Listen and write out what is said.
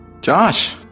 Josh